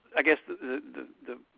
i guess the,